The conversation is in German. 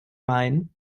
main